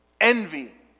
Envy